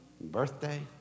Birthday